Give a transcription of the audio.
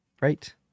right